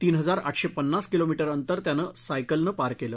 तीन हजार आठशे पन्नास किलोमीटर अंतर त्यानं सायकलनं पार केलं